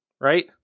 right